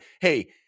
hey